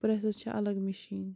process چھِ الگ machine